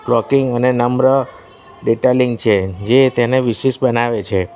cloaking અને નમ્ર detailing છે જે તેને વિશેષ બનાવે છે